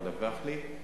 ובאו לדווח לי.